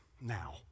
now